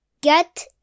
Get